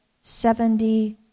seventy